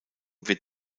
wird